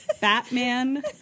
Batman